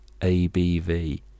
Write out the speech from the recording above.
ABV